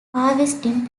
harvesting